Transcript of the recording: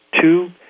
two